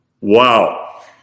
Wow